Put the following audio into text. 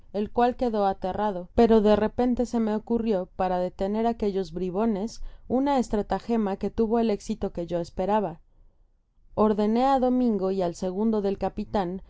el cual quedó aterrado pero de repente se me ocurrió para detener aquellos bribones una estratagema que tuvo el éxito que yo esperaba ordené á domingo y al segundo del capitan